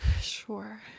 Sure